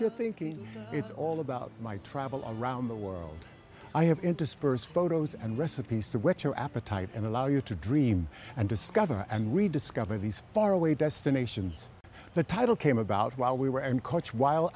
you're thinking it's all about my travel around the world i have interspersed photos and recipes to whet your appetite and allow you to dream and discover and rediscover these far away destinations the title came about while we were and coach while